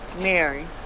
Mary